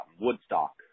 Woodstock